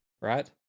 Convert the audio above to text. right